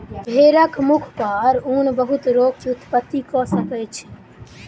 भेड़क मुख पर ऊन बहुत रोग के उत्पत्ति कय सकै छै